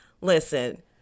listen